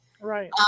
Right